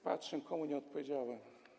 Patrzę, komu nie odpowiedziałem.